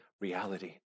reality